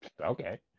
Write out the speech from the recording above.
Okay